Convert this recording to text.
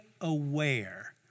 aware